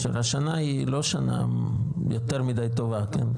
למשל, השנה היא לא שנה יותר מידי טובה כן?